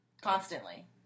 Constantly